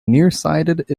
nearsighted